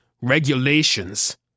Regulations